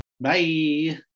Bye